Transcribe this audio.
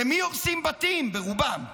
למי הורסים בתים ברובם?